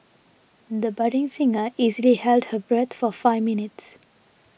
the budding singer easily held her breath for five minutes